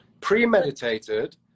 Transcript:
Premeditated